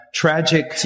tragic